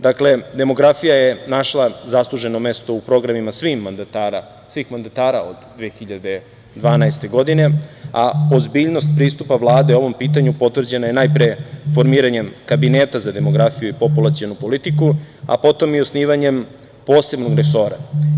Dakle, demografija je našla zasluženo mesto u programima svih mandatara od 2012. godine, a ozbiljnost pristupa Vlade ovom pitanju potvrđena je formiranjem Kabineta za demografiju i populacionu politiku, a potom i osnivanjem posebnog resora.